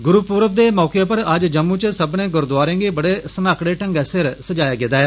गुरु पूर्व दे मौके पर अज्ज जम्मू च सब्बनें गुरुद्वारे गी बड़े सनाहकड़ें ढंगै कन्नै सजाया गेदा ऐ